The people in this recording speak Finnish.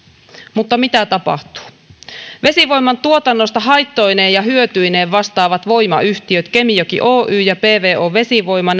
mutta mitä tapahtuu vesivoiman tuotannosta haittoineen ja hyötyineen näillä jokiosuuksilla vastaavat voimayhtiöt kemijoki oy ja pvo vesivoima